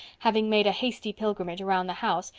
having made a hasty pilgrimage around the house,